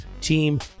Team